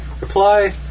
reply